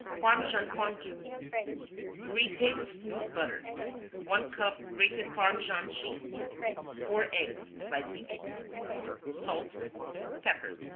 parmesan fondue three tablespoons butter one cup grated parmesan cheese four eggs, lightly beaten salt pepper